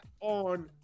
on